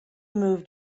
moved